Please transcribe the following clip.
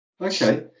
okay